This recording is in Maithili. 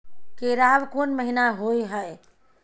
केराव कोन महीना होय हय?